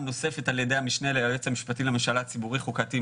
נוספת על-ידי המשנה ליועץ המשפטי לממשלה ציבורי חוקתי,